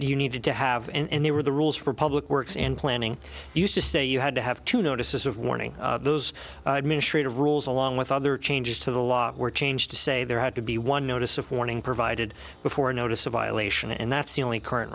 you needed to have and they were the rules for public works and planning used to say you had to have two notices of warning those administrative rules along with other changes to the law were changed to say there had to be one notice of warning provided before a notice of violation and that's the only current